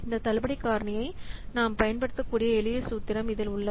இந்த தள்ளுபடி காரணியை நாம் பயன்படுத்தக்கூடிய எளிய சூத்திரம் இதில் உள்ளது